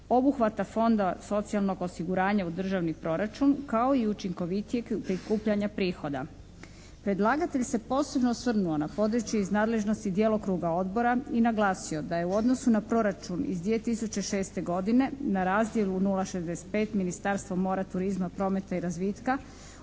obuhvata fonda socijalnog osiguranja u državni proračun kao i učinkovitijeg prikupljanja prihoda. Predlagatelj se posebno osvrnuo na područje iz nadležnosti djelokruga odbora i naglasio da je u odnosu na proračun iz 2006. godine na razdjelu 0,65 Ministarstvo mora, turizma, prometa i razvitka